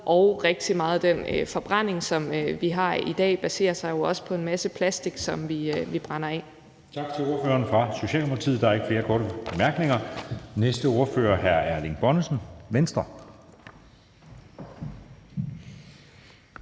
og rigtig meget af den forbrænding, vi har i dag, baserer sig jo også på en masse plastik, som vi brænder af. Kl. 14:22 Anden næstformand (Jeppe Søe): Tak til ordføreren for Socialdemokratiet. Der er ikke flere korte bemærkninger. Næste ordfører er hr. Erling Bonnesen, Venstre.